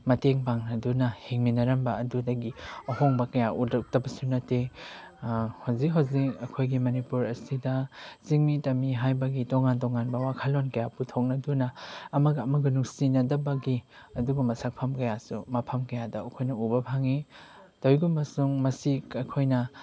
ꯃꯇꯦꯡ ꯄꯥꯡꯅꯗꯨꯅ ꯍꯤꯡꯃꯤꯟꯅꯔꯝꯕ ꯑꯗꯨꯗꯒꯤ ꯑꯍꯣꯡꯕ ꯀꯌꯥ ꯎꯔꯛꯇꯕꯁꯨ ꯅꯠꯇꯦ ꯍꯧꯖꯤꯛ ꯍꯧꯖꯤꯛ ꯑꯩꯈꯣꯏꯒꯤ ꯃꯅꯤꯄꯨꯔ ꯑꯁꯤꯗ ꯆꯤꯡꯃꯤ ꯇꯝꯃꯤ ꯍꯥꯏꯕꯒꯤ ꯇꯣꯉꯥꯟ ꯇꯣꯉꯥꯟꯕ ꯋꯥꯈꯜꯂꯣꯟ ꯀꯌꯥ ꯄꯨꯊꯣꯛꯅꯗꯨꯅ ꯑꯃꯒ ꯑꯃꯒ ꯅꯨꯡꯁꯤꯅꯗꯕꯒꯤ ꯑꯗꯨꯒꯨꯝꯕ ꯁꯛꯐꯝ ꯀꯌꯥꯁꯨ ꯃꯐꯝ ꯀꯌꯥꯗ ꯑꯩꯈꯣꯏꯅ ꯎꯕ ꯐꯪꯏ ꯇꯧꯏꯒꯨꯝꯕꯁꯨꯡ ꯃꯁꯤ ꯑꯩꯈꯣꯏꯅ